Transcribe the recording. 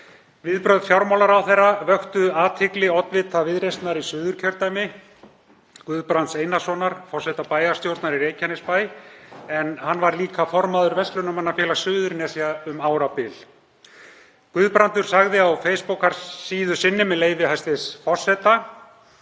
Viðbrögð fjármálaráðherra vöktu athygli oddvita Viðreisnar í Suðurkjördæmi, Guðbrands Einarssonar, forseta bæjarstjórnar í Reykjanesbæ, en hann var líka formaður Verslunarmannafélags Suðurnesja um árabil. Guðbrandur sagði á Facebook-síðu sinni, með leyfi hæstv. forseta: